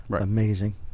Amazing